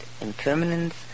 impermanence